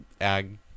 ag